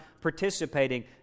participating